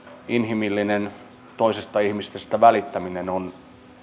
inhimillinen toisesta ihmisestä välittäminen on